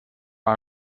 our